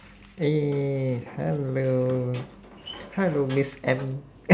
eh hello hello miss M